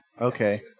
Okay